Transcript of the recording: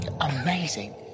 amazing